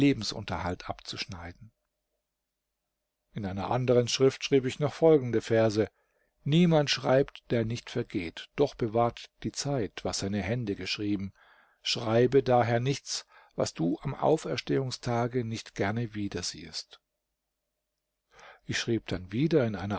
lebensunterhalt abzuschneiden in einer anderen schrift schrieb ich noch folgende verse niemand schreibt der nicht vergeht doch bewahrt die zeit was seine hände geschrieben schreibe daher nichts was du am auferstehungstage nicht gerne wiedersiehest ich schrieb dann wieder in einer